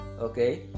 okay